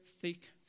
thick